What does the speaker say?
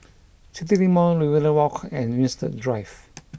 CityLink Mall Riverina Walk and Winstedt Drive